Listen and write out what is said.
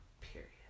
Period